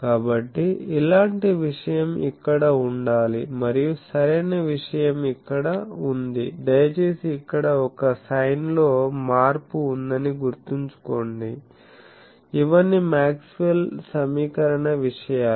కాబట్టి ఇలాంటి విషయం ఇక్కడ ఉండాలి మరియు సరైన విషయం ఇక్కడ ఉంది దయచేసి ఇక్కడ ఒక సైన్ లో మార్పు ఉందని గుర్తుంచుకోండి ఇవన్నీ మాక్స్వెల్ సమీకరణ విషయాలు